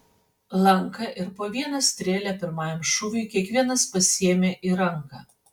lanką ir po vieną strėlę pirmajam šūviui kiekvienas pasiėmė į ranką